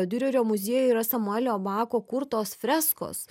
diurerio muziejuje yra samuelio bako kurtos freskos